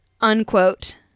unquote